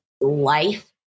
life